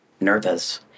nervous